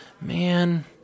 man